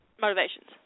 motivations